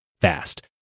fast